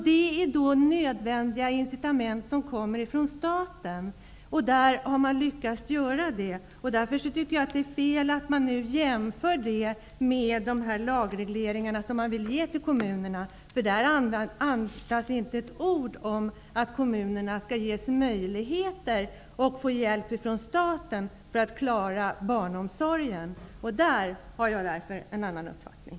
Det är nödvändiga incitament från staten, och man har också lyckats i det avseendet. Därför tycker jag att det är fel att nu jämföra detta med de lagregleringar som man vill ha vad gäller kommunerna. Inte ett ord sägs om att kommunerna skall få möjligheter, att de skall få hjälp från staten för att klara barnomsorgen. Det är därför som jag har en annan uppfattning.